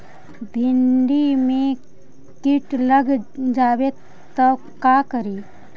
भिन्डी मे किट लग जाबे त का करि?